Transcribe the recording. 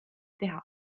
teha